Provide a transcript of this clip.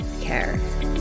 care